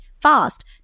fast